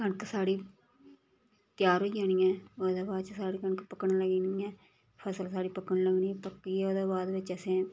कनक साढ़ी त्यार होई जानी ऐ ओह्दे बाद च साढ़ी कनक पक्कन लगी पौनी ऐ फसल सारी पक्कन लगनी ऐ पक्कियै ओह्दे बाद बिच्च असें